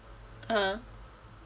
(uh huh)